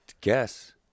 guess